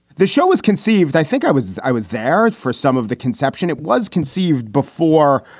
the show was conceived. i think i was i was there for some of the conception. it was conceived before,